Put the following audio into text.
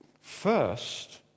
First